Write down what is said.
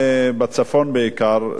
בצפון בעיקר,